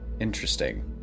Interesting